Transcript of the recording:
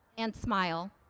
and smile.